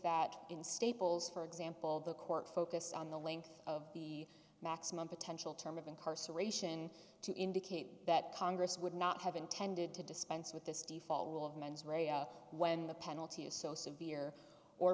that in staples for example the court focused on the length of the maximum potential term of incarceration to indicate that congress would not have intended to dispense with this default rule of mens rea when the penalty is so severe or